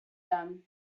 them